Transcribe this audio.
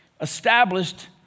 established